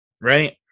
right